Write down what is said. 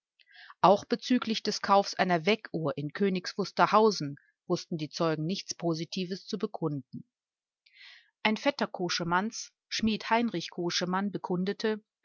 auch bezüglich des kaufs einer weckuhr in königs wusterhausen wußten die zeugen nichts positives zu bekunden ein vetter koschemanns schmied heinrich koschemann bekundete